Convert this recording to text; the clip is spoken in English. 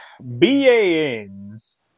Bans